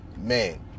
man